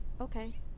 okay